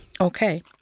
Okay